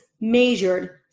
measured